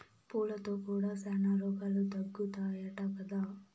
పూలతో కూడా శానా రోగాలు తగ్గుతాయట కదా